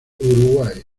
uruguay